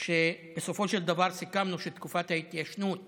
בסופו של דבר סיכמנו שתקופת ההתיישנות